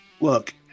Look